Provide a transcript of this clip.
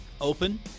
open